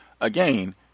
again